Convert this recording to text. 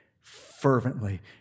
fervently